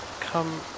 come